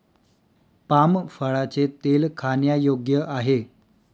palm फळाचे तेल खाण्यायोग्य आहे